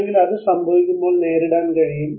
അല്ലെങ്കിൽ അത് സംഭവിക്കുമ്പോൾ നേരിടാൻ കഴിയും